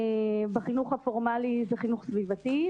בחינוך הפורמלי זה חינוך סביבתי,